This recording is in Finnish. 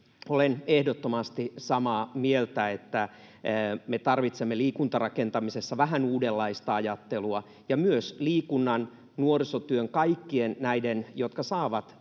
Olen ehdottomasti samaa mieltä, että me tarvitsemme liikuntarakentamisessa vähän uudenlaista ajattelua ja myös liikunnan, nuorisotyön — kaikkien näiden, jotka saavat